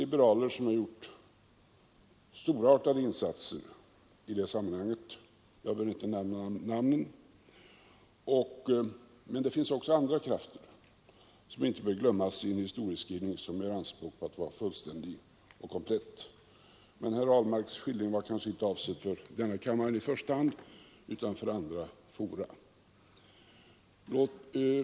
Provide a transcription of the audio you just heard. Liberaler har gjort storartade insatser i det sammanhanget — jag behöver inte nämna namnen — men det finns också andra krafter som inte bör glömmas i en historieskrivning med anspråk på att vara fullständig. Men herr Ahlmarks skildring var kanske inte avsedd för kammaren i första hand utan för andra fora.